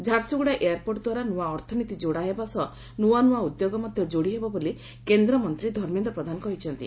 Jharsuguda airport ଦ୍ୱାରା ନୁଆ ଅର୍ଥନୀତି ଯୋଡ଼ାହେବା ସହ ନୁଆ ନୁଆ ଉଦ୍ୟୋଗ ମଧ୍ଧ ଯୋଡ଼ି ହେବ ବୋଲି କେନ୍ଦ୍ରମନ୍ତୀ ଧର୍ମେନ୍ଦ୍ର ପ୍ରଧାନ କହିଛନ୍ତି